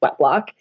Sweatblock